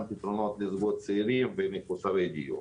פתרונות לזוגות צעירים ומחוסרי דיור,